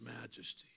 majesty